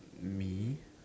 means